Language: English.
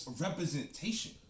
representation